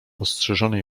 ostrzyżonej